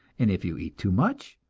and if you eat too much,